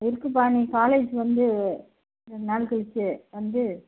இருக்குதுப்பா நீங்கள் காலேஜ் வந்து ரெண்டு நாள் கழித்து வந்து